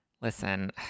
Listen